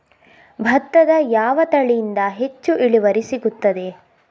ಭತ್ತದ ಯಾವ ತಳಿಯಿಂದ ಹೆಚ್ಚು ಇಳುವರಿ ಸಿಗುತ್ತದೆ?